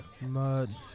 Mud